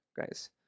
guys